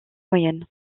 moyennes